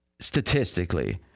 statistically